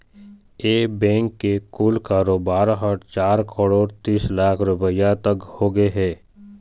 ए bank के कुल कारोबार ह चार करोड़ तीस लाख रूपिया तक होगे हे